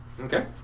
Okay